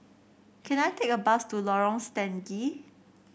can I take a bus to Lorong Stangee